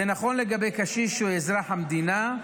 זה נכון לגבי קשיש שהוא אזרח המדינה,